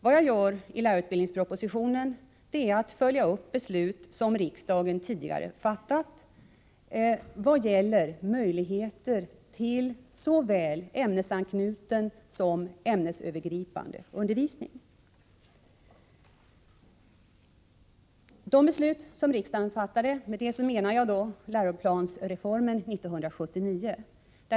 Vad jag gör i lärarutbildningspropositionen är att jag följer upp beslut som riksdagen tidigare fattat när det gäller möjligheter till såväl ämnesanknuten som ämnesövergripande undervisning. Med de beslut som riksdagen har fattat menar jag läroplansreformen 1979.